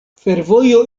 fervojo